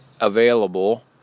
available